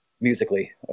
musically